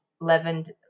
leavened